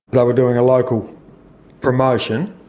they were doing a local promotion.